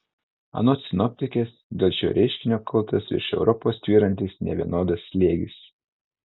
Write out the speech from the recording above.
anot sinoptikės dėl šio reiškinio kaltas virš europos tvyrantis nevienodas slėgis